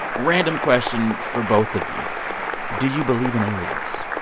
random question for both of you do you believe in aliens?